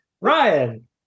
Ryan